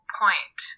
point